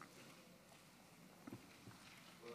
כבוד